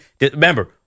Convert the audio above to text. remember